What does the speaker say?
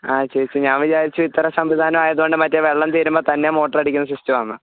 ആ ചേച്ചി ഞാൻ വിചാരിച്ചു ഇത്ര സംവിധാനം ആയതുകൊണ്ട് മറ്റേ വെള്ളം തീരുമ്പോൾ തന്നെ മോട്ടർ അടിക്കുന്ന സിസ്റ്റം ആണെന്ന്